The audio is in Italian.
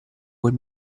quel